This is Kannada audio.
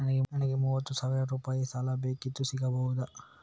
ನನಗೆ ಮೂವತ್ತು ಸಾವಿರ ರೂಪಾಯಿ ಸಾಲ ಬೇಕಿತ್ತು ಸಿಗಬಹುದಾ?